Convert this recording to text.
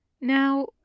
Now